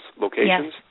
locations